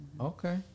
Okay